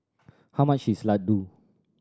how much is laddu